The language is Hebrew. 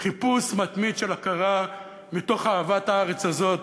חיפוש מתמיד של הכרה מתוך אהבת הארץ הזאת,